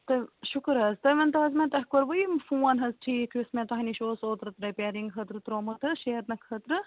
تُہۍ شُکُر حظ تُہۍ ؤنۍ تَو حظ مےٚ تۄہہِ کوٚروٕ یِم فون حظ ٹھیٖک یُس مےٚ تۄہہِ نِش اوس اوٚترٕ رٔپیرنگ خٲطرٕ تراومُت حظ شیٚرنہِ خٲطرٕ